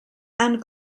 and